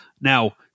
now